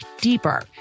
deeper